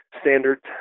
standards